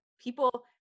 people